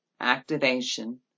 Activation